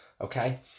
Okay